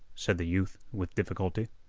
said the youth with difficulty.